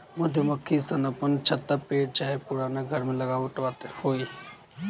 मधुमक्खी सन अपन छत्ता पेड़ चाहे पुरान घर में लगावत होई